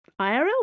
IRL